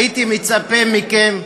הייתי מצפה מכם,